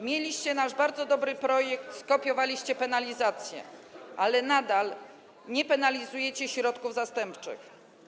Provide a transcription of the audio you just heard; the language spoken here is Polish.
Mieliście nasz bardzo dobry projekt, skopiowaliście penalizację, ale nadal nie penalizujecie środków zastępczych.